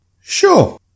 Sure